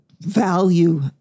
value